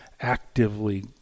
actively